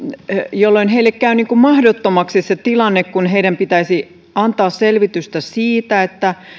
jolloin heille käy mahdottomaksi se tilanne kun heidän pitäisi antaa selvitystä siitä